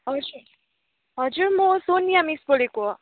हजुर म सोनिया मिस बोलेको